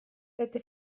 это